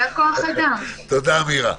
תודה, מירה.